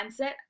mindset